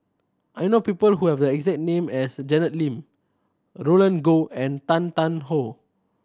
I know people who have the exact name as Janet Lim Roland Goh and Tan Tarn How